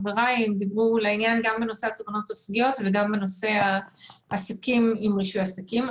חבריי דיברו לעניין גם בנושא התובענות וגם בנושא העסקים עם רישוי עסקים.